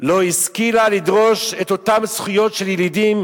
לא השכילה לדרוש את אותן זכויות של ילידים